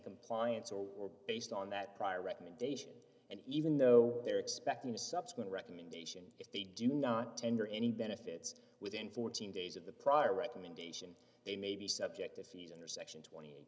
compliance or based on that prior recommendation and even though they're expecting a subsequent recommendation if they do not tender any benefits within fourteen days of the prior recommendation they may be subject to fees under section twenty